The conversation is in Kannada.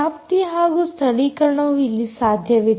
ವ್ಯಾಪ್ತಿ ಹಾಗೂ ಸ್ಥಳೀಕರಣವು ಇಲ್ಲಿ ಸಾಧ್ಯವಿದೆ